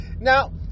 Now